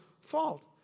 fault